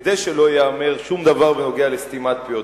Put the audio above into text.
כדי שלא ייאמר שום דבר בנוגע לסתימת פיות.